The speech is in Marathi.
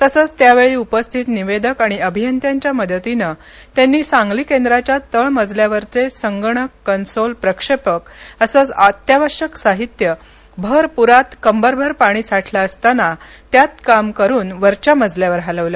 तसंच त्यावेळी उपस्थित निवेदक आणि अभियंत्यांच्या मदतीनं त्यांनी सांगली केंद्राच्या तळ मजल्यावरचे संगणक कन्सोल प्रक्षेपक असं अत्यावश्यक साहित्य भर पुरात कंबरभर पाणी साठलं असताना त्यात काम करून वरच्या मजल्यावर हलवलं